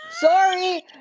sorry